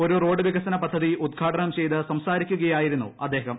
ഒരു റോഡ് വികസന പദ്ധതി ഉദ്ഘാടനം ചെയ്ത് സംസാരിക്കുകയായിരുന്നു അദ്ദേഹം